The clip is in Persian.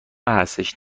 هستش